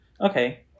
Okay